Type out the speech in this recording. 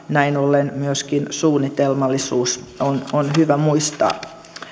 näin ollen myöskin suunnitelmallisuus on on hyvä muistaa